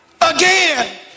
again